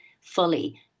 fully